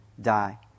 die